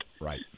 Right